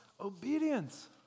obedience